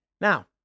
Now